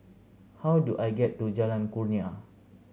how do I get to Jalan Kurnia